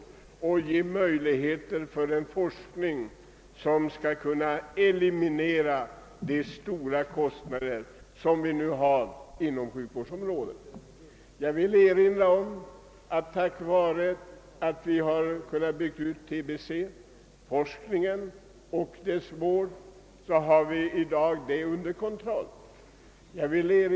Vi måste ge utrymme för en forskning som kan eliminera de stora kostnader vi nu har inom sjukvårdsområdet samt bota eller hjälpa sjuka människor. Tack vare att vi kunnat bygga ut tbeforskningen och vården av tbe-sjuka har vi i dag den sjukdomen under kontroll.